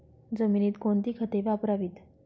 जमिनीत कोणती खते वापरावीत?